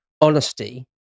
honesty